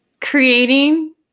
Creating